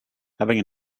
having